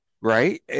Right